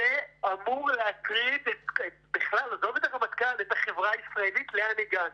זה אמור להטריד עזוב את הרמטכ"ל את החברה הישראלית לאן הגענו.